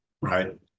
right